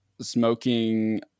smoking